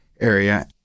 area